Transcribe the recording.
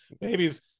Babies